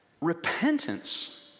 repentance